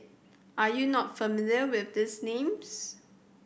are you not familiar with these names